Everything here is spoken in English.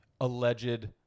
alleged